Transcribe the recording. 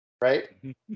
right